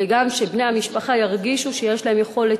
וגם שבני המשפחה ירגישו שיש להם יכולת